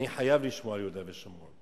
אני חייב לשמוע יהודה ושומרון.